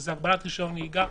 שזה הגבלת רישיון נהיגה,